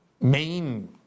main